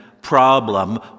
problem